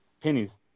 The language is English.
pennies